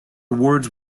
awards